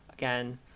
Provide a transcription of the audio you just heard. again